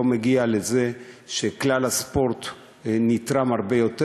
מגיע לזה שכלל הספורט נתרם הרבה יותר,